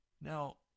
Now